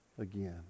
again